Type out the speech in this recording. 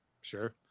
Sure